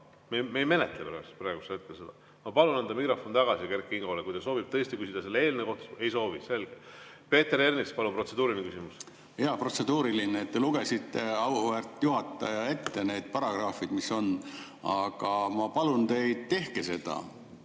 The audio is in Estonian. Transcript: me ei menetle praegu seda teemat. Ma palun anda mikrofon tagasi Kert Kingole, kui ta soovib tõesti küsida selle eelnõu kohta. Ei soovi. Selge. Peeter Ernits, palun, protseduuriline küsimus! Jaa, protseduuriline. Te lugesite, auväärt juhataja, ette need paragrahvid. Ma palun teid: tehke seda,